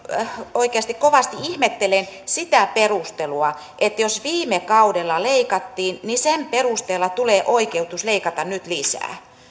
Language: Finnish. oikeasti kovasti ihmettelen sitä perustelua että jos viime kaudella leikattiin niin sen perusteella tulee oikeutus leikata nyt lisää